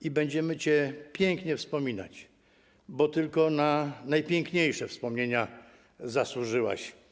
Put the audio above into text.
I będziemy cię pięknie wspominać, bo tylko na najpiękniejsze wspomnienia zasłużyłaś.